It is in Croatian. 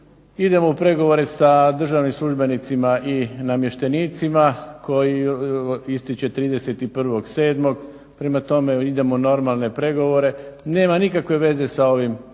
Idemo u pregovore sa državnim službenicima i namještenicima koji ističe 31.7. prema tome idemo u normalne pregovore. Nema nikakve veze sa ovim zakonom.